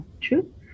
true